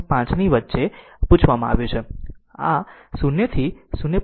5 ની વચ્ચે પૂછવામાં આવ્યું છે તેથી આ 0 થી 0